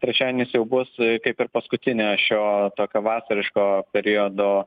trečiadienis jau bus kaip ir paskutinė šio tokio vasariško periodo